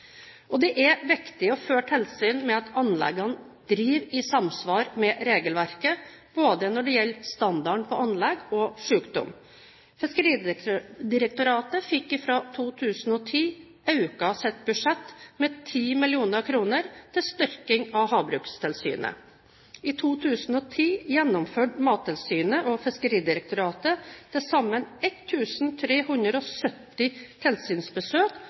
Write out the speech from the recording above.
Det er viktig å føre tilsyn med at anleggene driver i samsvar med regelverket når det gjelder både standarden på anlegg, og sykdom. Fiskeridirektoratet fikk fra 2010 økt sitt budsjett med 10 mill. kr til styrking av havbrukstilsynet. I 2010 gjennomførte Mattilsynet og Fiskeridirektoratet til sammen 1 370 tilsynsbesøk